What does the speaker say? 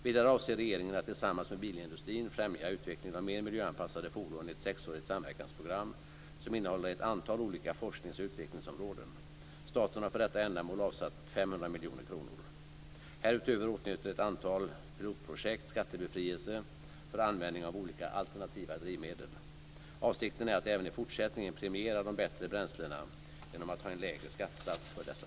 Vidare avser regeringen att tillsammans med bilindustrin främja utvecklingen av mer miljöanpassade fordon i ett sexårigt samverkansprogram som innehåller ett antal olika forsknings och utvecklingsområden. Staten har för detta ändamål avsatt 500 miljoner kronor. Härutöver åtnjuter ett antal pilotprojekt skattebefrielse för användning av olika alternativa drivmedel. Avsikten är att även i fortsättningen premiera de bättre bränslena genom att ha en lägre skattesats för dessa.